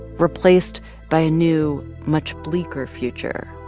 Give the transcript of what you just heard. replaced by a new, much bleaker future.